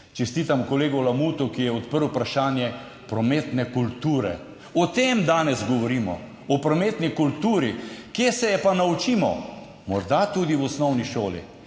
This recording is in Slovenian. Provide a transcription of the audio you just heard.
Čestitam kolegu Lamutu, ki je odprl vprašanje prometne kulture. O tem danes govorimo! O prometni kulturi. Kje se je pa naučimo? Morda tudi v osnovni šoli.